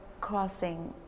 crossing